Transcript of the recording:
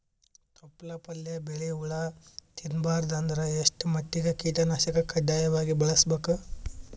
ತೊಪ್ಲ ಪಲ್ಯ ಬೆಳಿ ಹುಳ ತಿಂಬಾರದ ಅಂದ್ರ ಎಷ್ಟ ಮಟ್ಟಿಗ ಕೀಟನಾಶಕ ಕಡ್ಡಾಯವಾಗಿ ಬಳಸಬೇಕು?